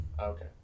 Okay